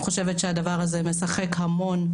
אני חושבת שהדבר הזה שמשחק המון,